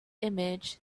image